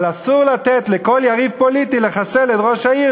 אבל אסור לתת לכל יריב פוליטי לחסל את ראש העיר